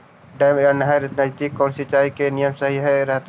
Dam या नहर के नजदीक कौन सिंचाई के नियम सही रहतैय?